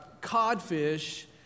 codfish